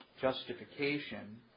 justification